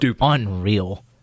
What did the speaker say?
unreal